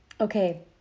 Okay